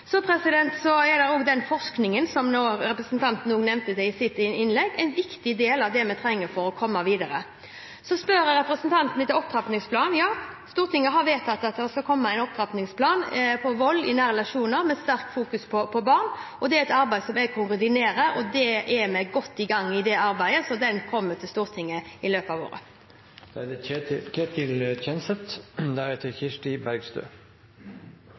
Så er også den forskningen som representanten nevnte i sitt innlegg, en viktig del av det vi trenger for å komme videre. Så spør representanten etter opptrappingsplanen. Ja, Stortinget har vedtatt at det skal komme en opptrappingsplan mot vold i nære relasjoner, med sterkt fokus på barn. Det er et arbeid som jeg koordinerer, og vi er godt i gang med det arbeidet, så den kommer til Stortinget i løpet av året. Jeg vil inn på et område som ikke så mange har vært inne på her i dag. Statsråden ferdes jo i mange sektorer der det er